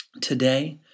today